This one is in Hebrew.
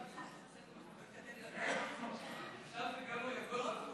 קבוצת סיעת הרשימה המשותפת וקבוצת סיעת המחנה הציוני לסעיף 1 לא נתקבלה.